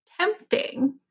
tempting